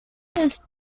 his